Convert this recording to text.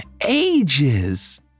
ages